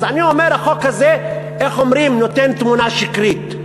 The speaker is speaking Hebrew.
אז אני אומר, החוק הזה נותן תמונה שקרית.